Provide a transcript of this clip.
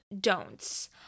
don'ts